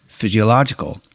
physiological